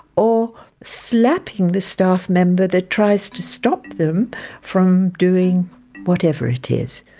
or slapping the staff member that tries to stop them from doing whatever it is.